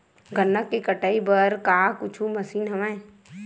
गन्ना के कटाई बर का कुछु मशीन हवय?